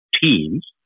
teams